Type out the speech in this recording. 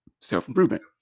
Self-improvement